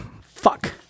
Fuck